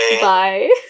Bye